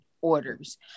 orders